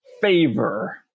favor